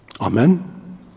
Amen